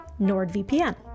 NordVPN